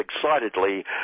excitedly